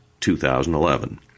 2011